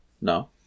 No